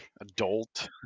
adult